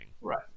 Right